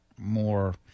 more